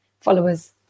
followers